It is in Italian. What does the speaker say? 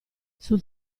sul